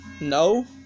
no